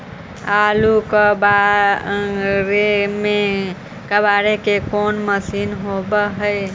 आलू कबाड़े के कोन मशिन होब है?